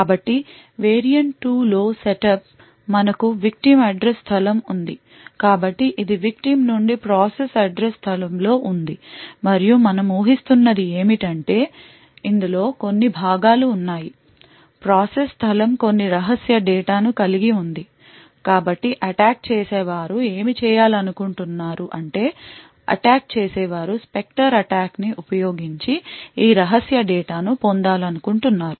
కాబట్టి వేరియంట్ 2 లో సెటప్ మనకు విక్టిమ్ అడ్రస్ స్థలం ఉంది కాబట్టి ఇది విక్టిమ్ నుండి ప్రాసెస్ అడ్రస్ స్థలంలో ఉంది మరియు మనం ఊహిస్తున్నది ఏమిటంటే ఇందులో కొన్ని భాగాలు ఉన్నాయి ప్రాసెస్ స్థలం కొన్ని రహస్య డేటాను కలిగి ఉంది కాబట్టి అటాక్ చేసేవారు ఏమి చేయాలనుకుంటున్నారు అంటే అటాక్ చేసేవారు స్పెక్టర్ అటాక్ని ఉపయోగించి ఈ రహస్య డేటాను పొందాలనుకుంటున్నారు